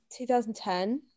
2010